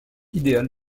idéal